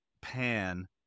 pan